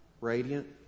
radiant